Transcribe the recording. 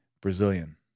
Brazilian